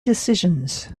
decisions